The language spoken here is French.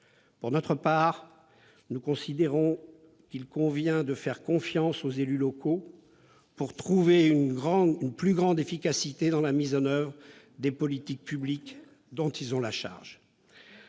Pour notre part, nous considérons qu'il convient de faire confiance aux élus locaux pour atteindre une plus grande efficacité dans la mise en oeuvre des politiques publiques dont ils ont la charge.